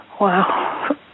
Wow